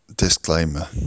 Disclaimer